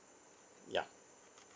ya